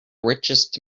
richest